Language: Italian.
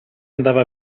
andava